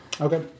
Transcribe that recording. Okay